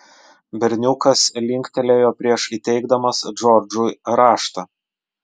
berniukas linktelėjo prieš įteikdamas džordžui raštą